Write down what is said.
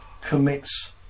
commits